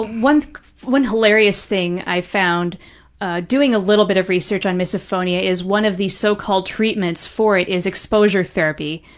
one one hilarious thing i found doing a little bit of research on misophonia is one of the so-called treatments for it is exposure therapy,